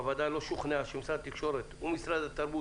הוועדה לא שוכנעה שמשרד התקשורת ומשרד התרבות